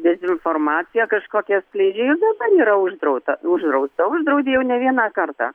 dezinformaciją kažkokią skleidžia ir dabar yra uždrauta uždrausta uždraudė jau ne vieną kartą